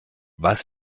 was